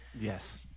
yes